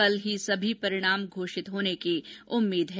कल ही सभी परिणाम घोषित होने की उम्मीद है